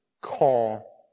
call